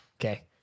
Okay